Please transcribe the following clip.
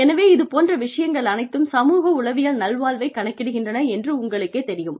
எனவே இது போன்ற விஷயங்கள் அனைத்தும் சமூக உளவியல் நல்வாழ்வைக் கணக்கிடுகின்றன என்று உங்களுக்கேத் தெரியும்